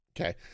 Okay